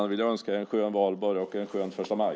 Jag vill önska en skön valborg och en skön första maj!